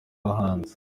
abahanzi